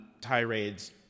tirades